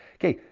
okay.